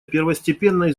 первостепенной